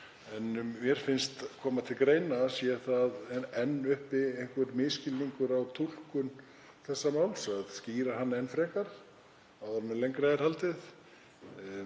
Mér finnst koma til greina að sé enn uppi einhver misskilningur á túlkun þessa máls, að skýra hann enn frekar áður en lengra er haldið.